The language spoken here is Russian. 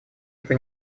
это